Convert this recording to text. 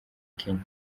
kenya